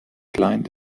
kleinen